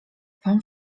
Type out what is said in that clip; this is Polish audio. wam